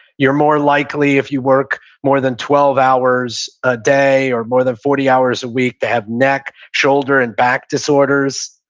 you're more likely, if you work more than twelve hours a day or more than forty hours a week to have neck, shoulder, and back disorders.